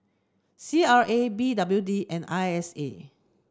C R A B W D and I S A